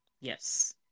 Yes